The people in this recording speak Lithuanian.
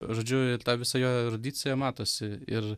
žodžiu ta visa jo erudicija matosi ir